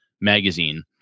magazine